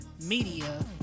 media